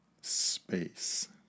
space